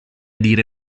dire